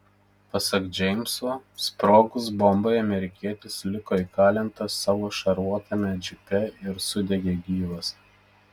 pasak džeimso sprogus bombai amerikietis liko įkalintas savo šarvuotame džipe ir sudegė gyvas